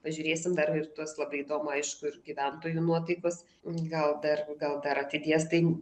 pažiūrėsim dar ir tuos labai įdomu aišku ir gyventojų nuotaikos gal dar gal dar atidės tai